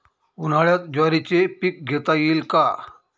उन्हाळ्यात ज्वारीचे पीक घेता येईल का?